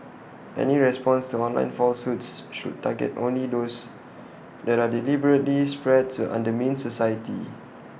any response to online falsehoods should target only those that are deliberately spread to undermine society